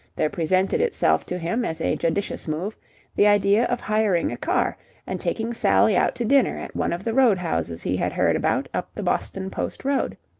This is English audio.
there presented itself to him as a judicious move the idea of hiring a car and taking sally out to dinner at one of the road-houses he had heard about up the boston post road.